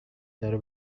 درو